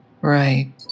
Right